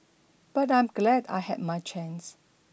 but I'm glad I had my chance